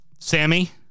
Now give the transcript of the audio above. Sammy